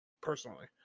Personally